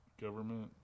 government